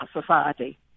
Society